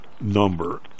number